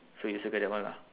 so you circle that one lah